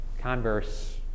converse